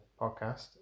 podcast